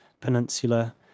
peninsula